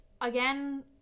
Again